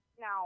Now